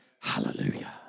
Hallelujah